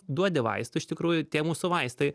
duodi vaistų iš tikrųjų tie mūsų vaistai